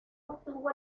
obtuvo